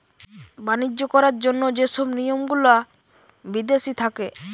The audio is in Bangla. বাণিজ্য করার জন্য যে সব নিয়ম গুলা বিদেশি থাকে